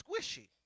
squishy